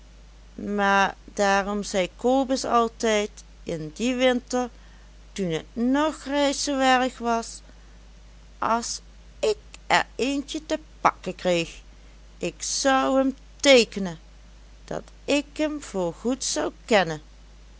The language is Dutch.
maar daarom zei kobus altijd in die winter toen t nog reis zoo erg was as ik er eentje te pakken kreeg ik zou em teekenen dat ik em voor goed zou kennen